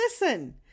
Listen